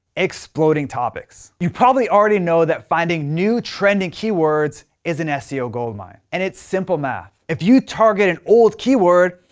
exploding topics. you probably already know that finding new trending keywords is an ah seo goldmine and simple math. if you target an old keyword,